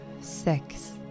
six